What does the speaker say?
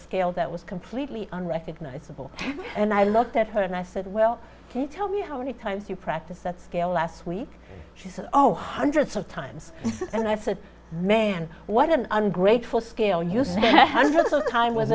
scale that was completely unrecognizable and i looked at her and i said well can you tell me how many times you practice that scale last week she said oh hundreds of times and i said man what an ungrateful scale